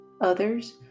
others